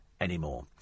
anymore